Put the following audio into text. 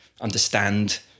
understand